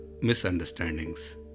misunderstandings